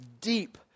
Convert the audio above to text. deep